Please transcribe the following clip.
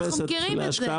אנחנו מכירים את זה.